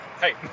Hey